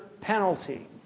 penalty